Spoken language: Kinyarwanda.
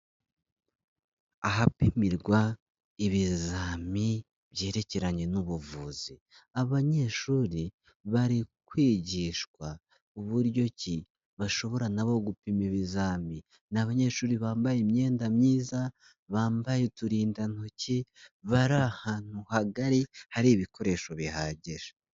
Ahapimirwa ibizami byerekeranye n'ubuvuzi, abanyeshuri bari kwigishwa uburyo ki bashobora na bo gupima ibizami, ni abanyeshuri bambaye imyenda myiza, bambaye uturindantoki, bari ahantu hagari hari ibikoresho bihagije.